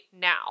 now